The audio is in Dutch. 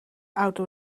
auto